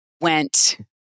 went